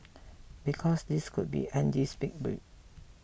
because this could be Andy's big break